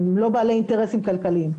הם לא בעלי אינטרסים כלכליים,